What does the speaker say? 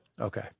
Okay